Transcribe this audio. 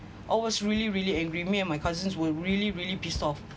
I was really really angry me and my cousins were really really pissed off